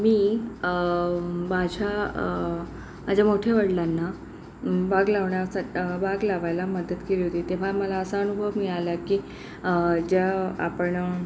मी माझ्या माझ्या मोठ्या वडलांना बाग लावण्या बाग लावायला मदत केली होती तेव्हा मला असा अनुभव मिळाला की ज्या आपण